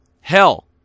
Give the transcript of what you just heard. hell